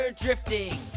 drifting